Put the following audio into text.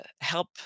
help